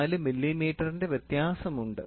04 മില്ലിമീറ്ററിന്റെ വ്യത്യാസമുണ്ട്